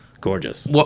gorgeous